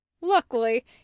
Luckily